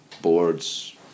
board's